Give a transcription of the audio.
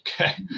okay